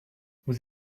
vous